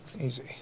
Easy